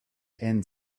end